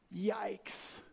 Yikes